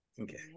okay